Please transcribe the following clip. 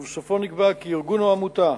ובסופו נקבע כי ארגון או עמותה,